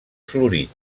florit